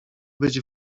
być